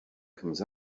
comes